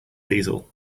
diesel